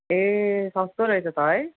ए सस्तो रहेछ त है